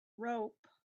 rope